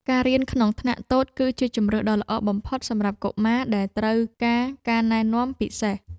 ការរៀនក្នុងថ្នាក់តូចគឺជាជម្រើសដ៏ល្អបំផុតសម្រាប់កុមារដែលត្រូវការការណែនាំពិសេស។